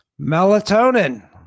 Melatonin